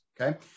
okay